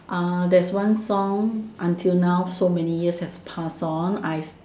uh that's one song until now so many years has passed on I